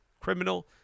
criminal